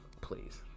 Please